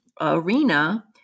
arena